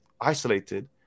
isolated